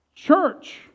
Church